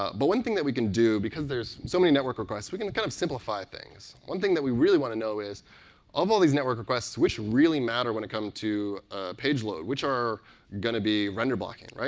um but one thing that we can do, because there's so many network requests, we can kind of simplify things. one thing that we really want to know is although these network requests, which really matter when it come to page load, which are going to be render blocking.